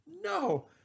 No